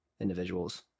individuals